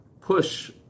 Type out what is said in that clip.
push